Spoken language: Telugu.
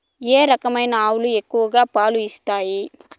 ఏ రకమైన ఆవులు ఎక్కువగా పాలు ఇస్తాయి?